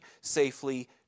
safely